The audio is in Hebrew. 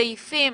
סעיפים